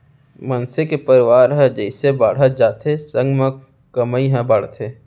मनसे के परवार ह जइसे बाड़हत जाथे संग म कमई ह बाड़थे